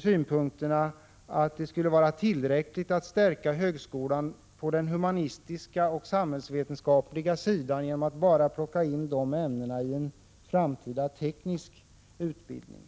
synpunkterna att det skulle vara tillräckligt att stärka högskolan på den humanistiska och samhällsvetenskapliga sidan genom att plocka in dessa ämnen i en framtida teknisk utbildning.